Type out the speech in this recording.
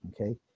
Okay